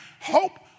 Hope